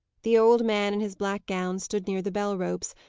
the old man, in his black gown, stood near the bell ropes,